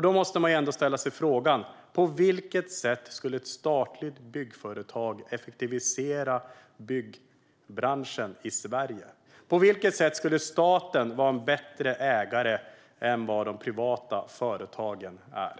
Då måste man ställa sig frågan: På vilket sätt skulle ett statligt byggföretag effektivisera byggbranschen i Sverige? På vilket sätt skulle staten vara en bättre ägare än vad de privata företagen är?